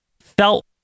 felt